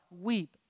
Weep